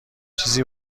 چیزی